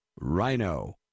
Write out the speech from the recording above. Rhino